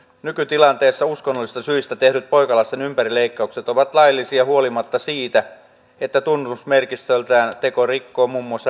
nykytilanteessa uskonnollisista syistä tehdyt poikalasten ympärileikkaukset ovat laillisia huolimatta siitä että tunnusmerkistöltään teko rikkoo muun muassa rikoslakia